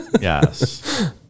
Yes